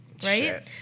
Right